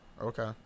Okay